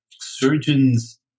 surgeons